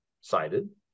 cited